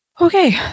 Okay